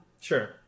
Sure